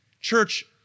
Church